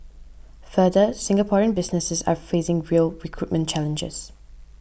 further Singaporean businesses are facing real recruitment challenges